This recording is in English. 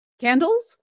candles